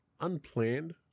unplanned